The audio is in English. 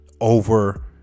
over